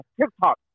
TikTok